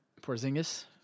Porzingis